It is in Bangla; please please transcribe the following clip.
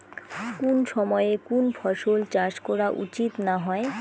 কুন সময়ে কুন ফসলের চাষ করা উচিৎ না হয়?